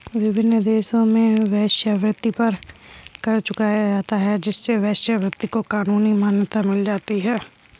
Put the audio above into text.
विभिन्न देशों में वेश्यावृत्ति पर कर चुकाया जाता है जिससे वेश्यावृत्ति को कानूनी मान्यता मिल जाती है